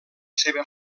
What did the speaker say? seva